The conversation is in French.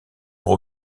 pour